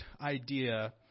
idea